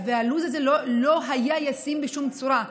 הלו"ז הזה לא היה ישים בשום צורה.